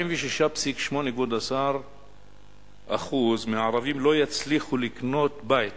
46.8% מהערבים לא יצליחו לקנות בית